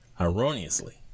erroneously